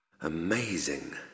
Amazing